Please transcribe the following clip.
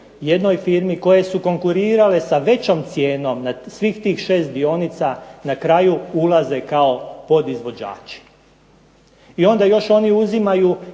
jednoj firmi, koje su konkurirale sa većom cijenom na svih tih 6 dionica na kraju ulaze kao podizvođači. I onda još oni uzimaju